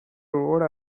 rode